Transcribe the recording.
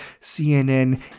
CNN